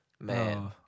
Man